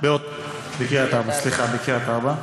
סליחה, בקריית-ארבע.